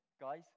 guys